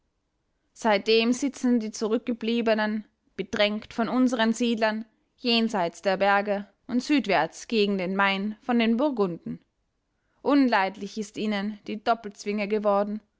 seitdem sitzen die zurückgebliebenen bedrängt von unseren siedlern jenseit der berge und südwärts gegen den main von den burgunden unleidlich ist ihnen die doppelzwinge geworden